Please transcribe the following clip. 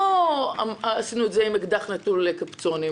היה אז את המרכז לשלטון מקומי